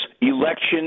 election